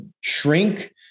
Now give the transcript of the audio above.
shrink